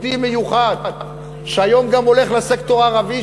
מיוחד שהיום גם הולך לסקטור הערבי,